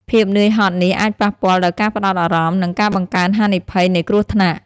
ភាពនឿយហត់នេះអាចប៉ះពាល់ដល់ការផ្ដោតអារម្មណ៍ និងបង្កើនហានិភ័យនៃគ្រោះថ្នាក់។